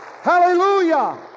Hallelujah